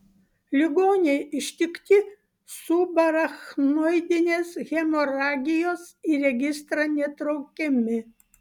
ligoniai ištikti subarachnoidinės hemoragijos į registrą netraukiami